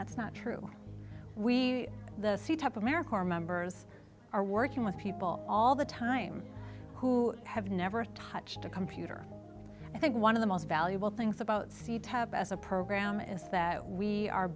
that's not true we the see type america our members are working with people all the time who have never touched a computer and i think one of the most valuable things about c tab as a program is that we are